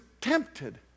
tempted